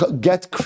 Get